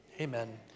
Amen